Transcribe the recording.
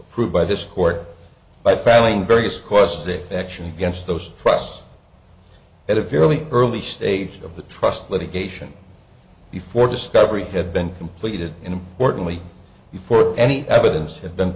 approved by this court by filing various quests the action against those trusts at a fairly early stage of the trust litigation before discovery had been completed importantly before any evidence had been